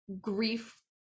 grief